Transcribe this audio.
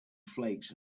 flakes